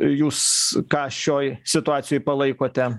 jūs ką šioj situacijoj palaikote